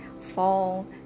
fall